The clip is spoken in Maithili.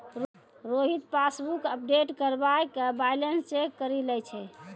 रोहित पासबुक अपडेट करबाय के बैलेंस चेक करि लै छै